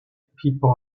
people